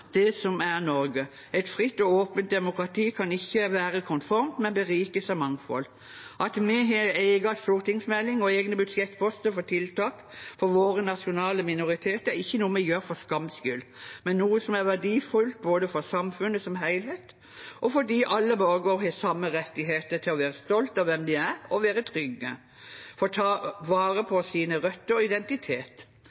er Norge. Et fritt og åpent demokrati kan ikke være konformt, men berikes av mangfold. At vi har en egen stortingsmelding og egne budsjettposter for tiltak for våre nasjonale minoriteter, er ikke noe vi gjør for skams skyld, men noe som er verdifullt både for samfunnet som helhet, og fordi alle borgere har samme rettigheter til å være stolt av hvem de er, til å være trygge og ta vare på